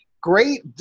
great